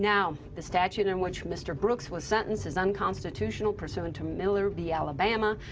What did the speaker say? now the statute in which mr. brooks was sentenced is unconstitutional, pursuant to miller v alabama.